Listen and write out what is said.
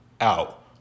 out